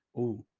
oh,